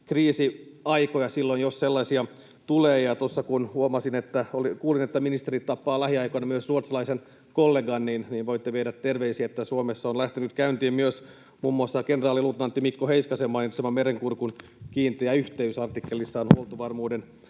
kriisiaikoja silloin, jos sellaisia tulee. Kun kuulin, että ministeri tapaa lähiaikoina myös ruotsalaisen kollegan, niin voitte viedä terveisiä, että Suomessa on lähtenyt käyntiin myös muun muassa kenraaliluutnantti Mikko Heiskasen artikkelissaan Huoltovarmuuden